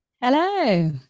hello